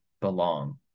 belong